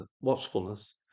watchfulness